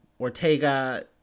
Ortega